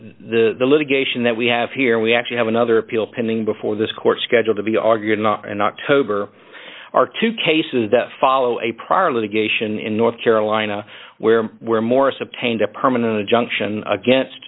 that the litigation that we have here we actually have another appeal pending before this court scheduled to be argued not an october are two cases that follow a prior litigation in north carolina where we're morris a paint a permanent injunction against